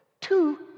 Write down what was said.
Two